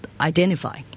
identify